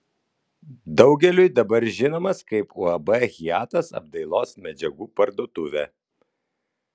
daugeliui dabar žinomas kaip uab hiatas apdailos medžiagų parduotuvė